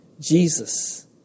Jesus